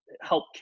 help